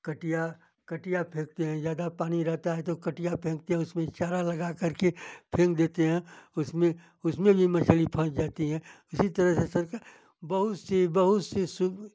कटिया कटिया फेंकते हैं ज़्यादा पानी रहता है तो कटिया फेंकते हैं उसमें चारा लगा करके फेंक देते हैं उसमें उसमें भी मछली फँस जाती हैं इसी तरह